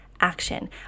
action